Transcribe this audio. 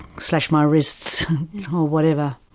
slash my wrists whatever.